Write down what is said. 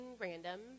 random